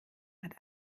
hat